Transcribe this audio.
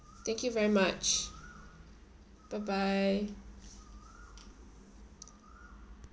thank you very much bye bye